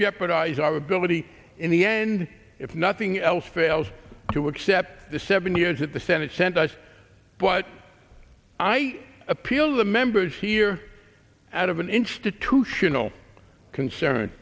jeopardize our ability in the end if nothing else fails to accept the seven years that the senate sent us but i appeal to the members here out of an institutional concern